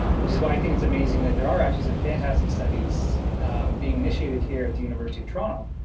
which is why i think it's amazing that there are actually some fantastic studies being initiated here at the university of toronto.